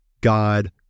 God